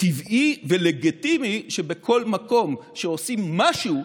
טבעי ולגיטימי שבכל מקום שעושים משהו,